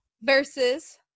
versus